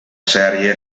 serie